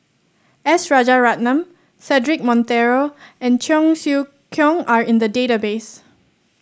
S Rajaratnam Cedric Monteiro and Cheong Siew Keong are in the database